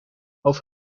over